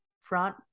front